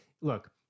look